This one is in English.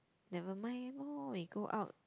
never mind lor we go out